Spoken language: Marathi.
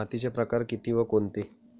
मातीचे प्रकार किती व कोणते?